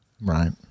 Right